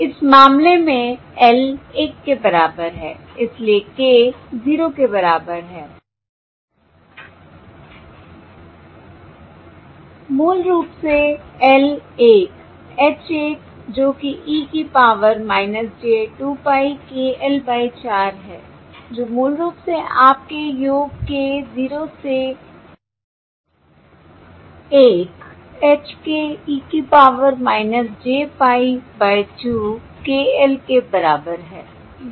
इस मामले में l 1 के बराबर है इसलिए K 0 के बराबर है मूल रूप से l 1 h k जो कि e की power j 2 pie k l by 4 है जो मूल रूप से आपके योग k 0 से 1 h k e की power j pie by 2 k l के बराबर है